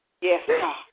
Yes